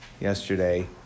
yesterday